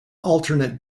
alternate